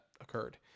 occurred